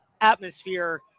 atmosphere